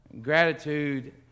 Gratitude